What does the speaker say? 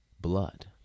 blood